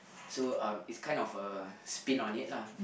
so um it's kind of a spin on it lah